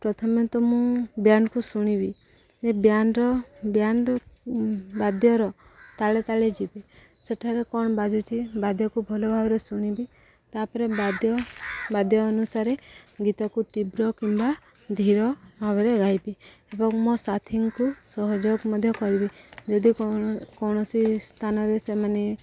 ପ୍ରଥମେ ତ ମୁଁ ବ୍ୟାଣ୍ଡକୁ ଶୁଣିବି ଯେ ବ୍ୟାଣ୍ଡର ବ୍ୟାଣ୍ଡ ବାଦ୍ୟର ତାଳେ ତାଳେ ଯିବି ସେଠାରେ କ'ଣ ବାଜୁଚି ବାଦ୍ୟକୁ ଭଲ ଭାବରେ ଶୁଣିବି ତା'ପରେ ବାଦ୍ୟ ବାଦ୍ୟ ଅନୁସାରେ ଗୀତକୁ ତୀବ୍ର କିମ୍ବା ଧୀର ଭାବରେ ଗାଇବି ଏବଂ ମୋ ସାଥିଙ୍କୁ ସହଯୋଗ ମଧ୍ୟ କରିବି ଯଦି କୌଣସି ସ୍ଥାନରେ ସେମାନେ